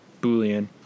boolean